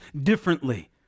differently